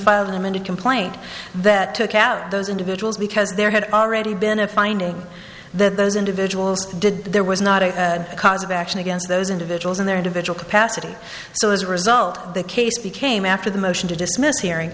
amended complaint that took out those individuals because there had already been a finding that those individuals did there was not a cause of action against those individuals in their individual capacity so as a result the case became after the motion to dismiss hearing